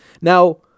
Now